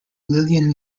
lillian